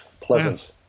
pleasant